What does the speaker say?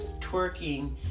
twerking